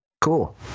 cool